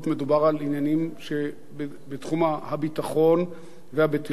מדובר על עניינים שבתחום הביטחון והבטיחות.